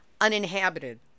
uninhabited